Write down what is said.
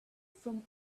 from